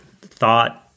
thought